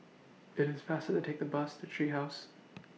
IT IS faster to Take The Bus to Tree House